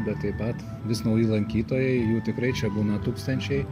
bet taip pat vis nauji lankytojai jų tikrai čia būna tūkstančiai